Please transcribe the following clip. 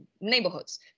neighborhoods